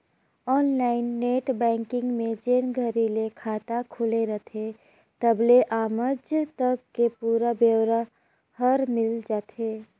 online net banking में जेन घरी ले खाता खुले रथे तबले आमज तक के पुरा ब्योरा हर मिल जाथे